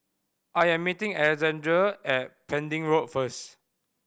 I am meeting Alexande at Pending Road first